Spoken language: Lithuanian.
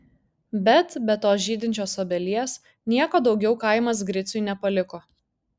bet be tos žydinčios obelies nieko daugiau kaimas griciui nepaliko